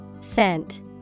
Scent